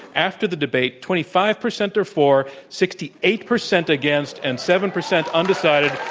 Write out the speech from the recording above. after the debate, twenty five percent are for, sixty eight percent against, and seven percent undecided.